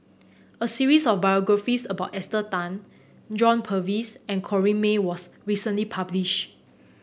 a series of biographies about Esther Tan John Purvis and Corrinne May was recently published